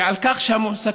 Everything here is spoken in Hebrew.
ועל כך שהמועסקים,